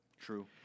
True